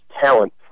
talent